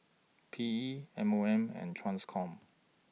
P E M O M and TRANSCOM